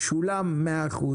שולם 100%,